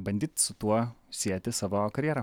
bandyt su tuo sieti savo karjerą